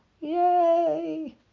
Yay